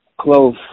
close